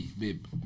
babe